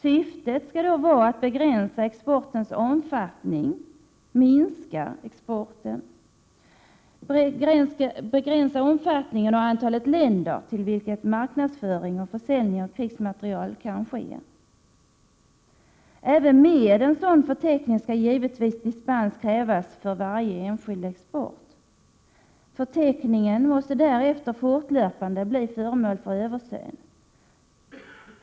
Syftet skall vara att begränsa exportens omfattning och antalet länder till vilka marknadsföring kan riktas och försäljning av krigsmateriel kan ske. Även sedan en sådan förteckning upprättats skall givetvis dispens krävas för varje enskild export. Förteckningen måste därefter fortlöpande bli föremål för översyn.